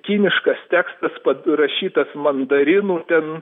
kiniškas tekstas parašytas mandarinų ten